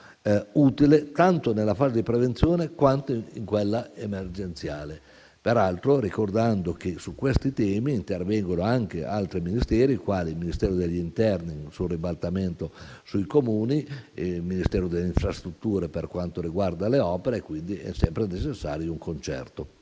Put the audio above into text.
utile tanto nella fase di prevenzione quanto in quella emergenziale, ricordando peraltro che su questi temi intervengono anche altri Ministeri, quali il Ministero dell'interno, in un suo ribaltamento sui Comuni, e il Ministero delle infrastrutture per quanto riguarda le opere; è quindi sempre necessario un concerto.